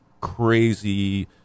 crazy